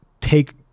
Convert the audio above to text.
take